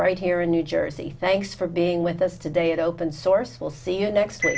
right here in new jersey thanks for being with us today at open source we'll see you next